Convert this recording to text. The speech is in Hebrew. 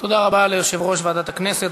תודה רבה ליושב-ראש ועדת הכנסת.